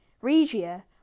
Regia